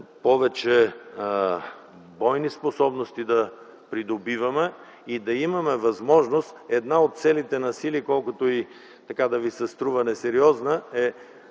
повече бойни способности да придобиваме и да имаме възможност една от целите на силите, колкото и да ви се струва несериозна, е